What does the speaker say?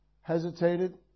hesitated